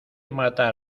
matar